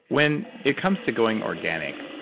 when it comes to going organic,